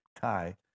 tie